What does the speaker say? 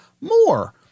more